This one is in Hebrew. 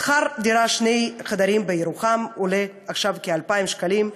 שכר דירת שני חדרים בירוחם עולה עכשיו כ-2,000 שקלים,